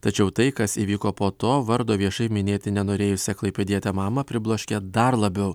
tačiau tai kas įvyko po to vardo viešai minėti nenorėjusi klaipėdietę mamą pribloškė dar labiau